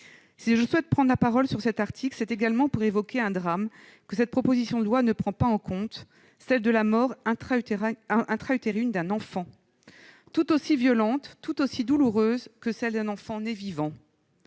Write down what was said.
Si je souhaite prendre la parole sur cet article, c'est également pour évoquer un drame que cette proposition de loi ne prend pas en compte, celui de la mort intra-utérine d'un enfant. Tout aussi violente, tout aussi douloureuse que celle d'un enfant né vivant.